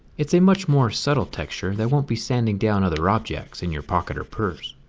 it's a much more subtle texture that won't be sanding down other objects in your pocket or purse.